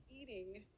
eating